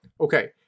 Okay